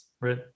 right